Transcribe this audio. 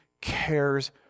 cares